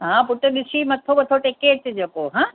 हा पुटु ॾिसी मथो वथो टेके अचिजो पोइ हां